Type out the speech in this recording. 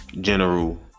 general